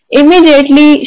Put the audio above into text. immediately